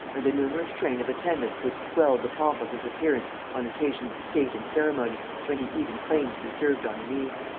and the numerous train of attendants which swelled the pomp of his appearance on occasions of state and ceremony, when he even claimed to be served on the knee.